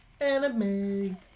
Anime